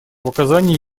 оказании